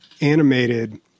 animated